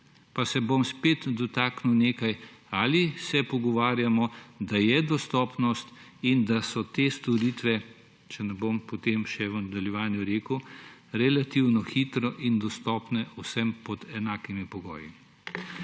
Pa se bom spet dotaknil nekaj – ali se pogovarjamo, da je dostopnost in da so te storitve, če ne bom potem še v nadaljevanju rekel, relativno hitro in dostopne vsem pod enakimi pogoji.